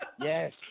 Yes